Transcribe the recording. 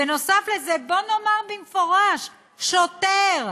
נוסף על זה בוא נאמר במפורש: שוטר,